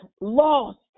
lost